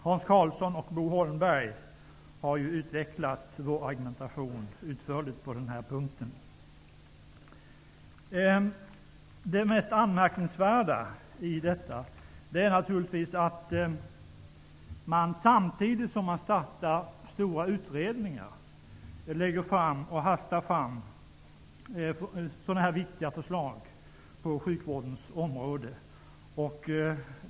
Hans Karlsson och Bo Holmberg har utförligt utvecklat vår argumentation på den här punkten. Det mest anmärkningsvärda i detta förslag är att man, samtidigt som man startar stora utredningar lägger och hastar fram så här viktiga förslag på sjukvårdens område.